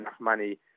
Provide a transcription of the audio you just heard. money